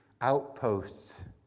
outposts